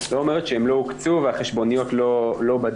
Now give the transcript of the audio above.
לא אומרת שהם לא הוקצו והחשבוניות לא בדרך.